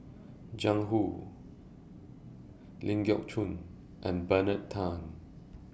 Jiang Hu Ling Geok Choon and Bernard Tan